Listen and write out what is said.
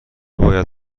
باید